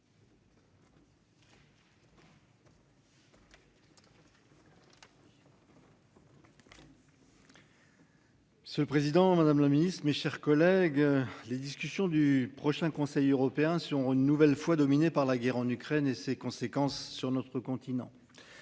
C'est le président Madame la Ministre, mes chers collègues. Les discussions du prochain conseil européen sur une nouvelle fois dominée par la guerre en Ukraine et ses conséquences sur notre continent.